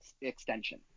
extension